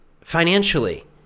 financially